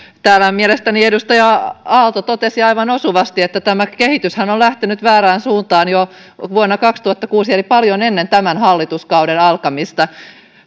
mielestäni edustaja aalto totesi aivan osuvasti että tämä kehityshän on lähtenyt väärään suuntaan jo vuonna kaksituhattakuusi eli paljon ennen tämän hallituskauden alkamista